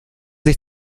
sich